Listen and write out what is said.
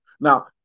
Now